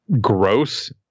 gross